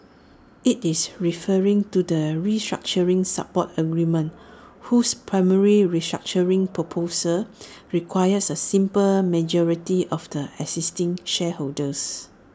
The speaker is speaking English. IT is referring to the restructuring support agreement whose primary restructuring proposal requires A simple majority of the existing shareholders